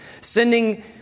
sending